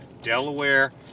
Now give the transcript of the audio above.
Delaware